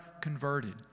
converted